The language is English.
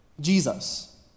Jesus